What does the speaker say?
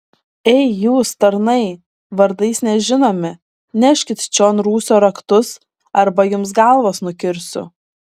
ei jūs tarnai vardais nežinomi neškit čion rūsio raktus arba jums galvas nukirsiu